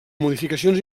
modificacions